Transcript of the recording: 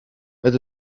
met